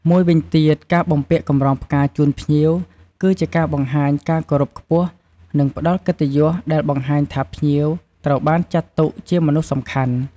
មួយវិញទៀតការបំពាក់កម្រងផ្កាជូនភ្ញៀវ គឺជាការបង្ហាញការគោរពខ្ពស់ និងផ្ដល់កិត្តិយសដែលបង្ហាញថាភ្ញៀវត្រូវបានចាត់ទុកជាមនុស្សសំខាន់។